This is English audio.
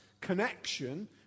connection